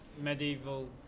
medieval